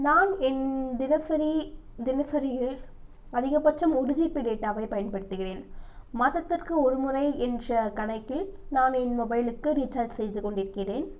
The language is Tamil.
நான் என் தினசரி தினசரியில் அதிக பட்சம் ஒரு ஜிபி டேட்டாவை பயன்படுத்துகிறேன் மாதத்துக்கு ஒருமுறை என்ற கணக்கில் நான் என் மொபைலுக்கு ரீசார்ஜ் செய்து கொண்டிருக்கிறேன்